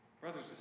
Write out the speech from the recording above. Brothers